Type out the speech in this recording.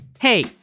Hey